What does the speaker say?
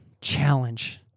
challenge